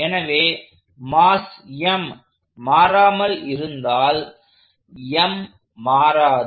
எனவே mass m மாறாமல் இருந்தால் M மாறாது